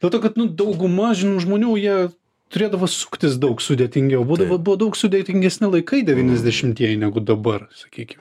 dėl to kad nu dauguma žymių žmonių jie turėdavo suktis daug sudėtingiau būdavo buvo daug sudėtingesni laikai devyniasdešimtieji negu dabar sakykim